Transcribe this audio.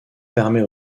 permet